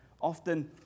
Often